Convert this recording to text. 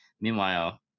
Meanwhile